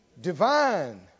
Divine